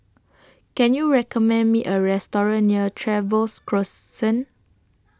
Can YOU recommend Me A Restaurant near Trevose Crescent